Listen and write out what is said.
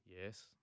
Yes